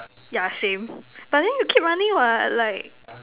yeah same but then you keep running what like